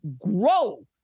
grow